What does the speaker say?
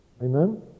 Amen